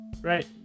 Right